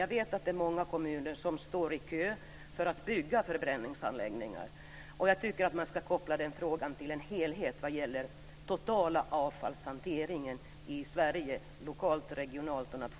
Jag vet att många kommuner står i kö för att bygga förbränningsanläggningar, och jag tycker att den frågan bör ses mot bakgrund av den totala avfallshanteringen i